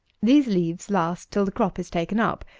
these leaves last till the crop is taken up,